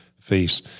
face